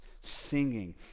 singing